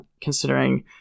considering